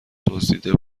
دزدیده